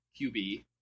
QB